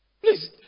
Please